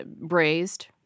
braised